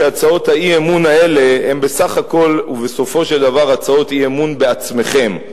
שהצעות האי-אמון האלה הן בסך הכול ובסופו של דבר הצעות אי-אמון בעצמכם.